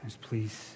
Please